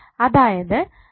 അതായത് 0